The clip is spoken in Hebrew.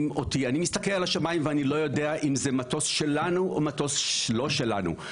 אני מסתכל על השמיים ואני לא יודע אם זה מטוס שלנו או מטוס לא שלנו.